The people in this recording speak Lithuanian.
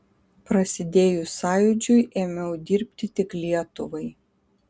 prasidėjus sąjūdžiui ėmiau dirbti tik lietuvai